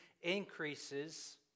increases